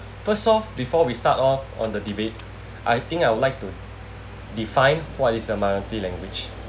first off before we start off on the debate I think I would like to define what is a minority language